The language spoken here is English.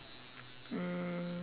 mm